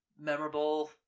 memorable